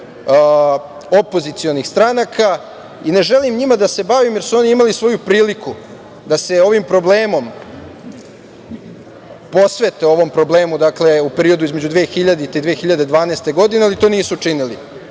opozicionih stranaka. Ne želim njima da se bavim, jer su oni imali svoju priliku da se posvete ovom problemu u periodu od 2000. do 2012. godine, ali to nisu činili.